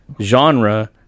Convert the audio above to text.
genre